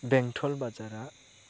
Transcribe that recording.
बेंथल बाजारा